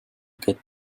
get